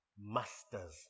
masters